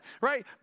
right